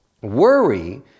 Worry